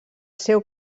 seu